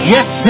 Yes